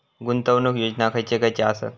गुंतवणूक योजना खयचे खयचे आसत?